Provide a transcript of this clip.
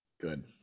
Good